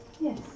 Yes